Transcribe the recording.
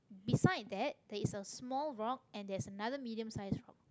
beside that there is a small rock and there's another medium-sized rock